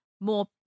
more